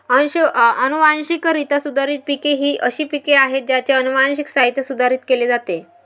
अनुवांशिकरित्या सुधारित पिके ही अशी पिके आहेत ज्यांचे अनुवांशिक साहित्य सुधारित केले जाते